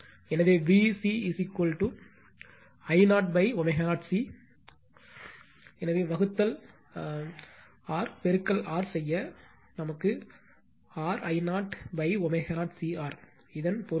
எனவே VC I 0 ω0 C எனவே வகுத்தல் R பெருக்கல் R செய்ய R I 0 ω0 C R இதன் பொருள் VC Q V